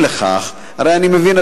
הרי אני מבין,